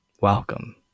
welcome